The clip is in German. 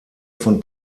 von